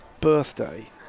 birthday